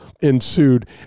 ensued